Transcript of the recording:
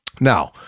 Now